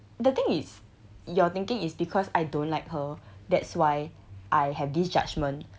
the thing is your thinking is because I don't like her that's why I have this judgement